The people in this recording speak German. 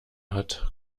hat